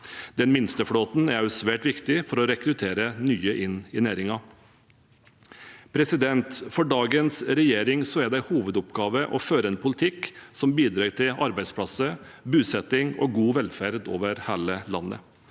Den minste flåten er også svært viktig for å rekruttere nye inn i næringen. For dagens regjering er det en hovedoppgave å føre en politikk som bidrar til arbeidsplasser, bosetting og god velferd over hele landet.